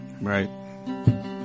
Right